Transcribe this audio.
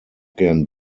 gern